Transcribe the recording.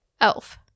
Elf